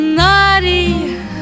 naughty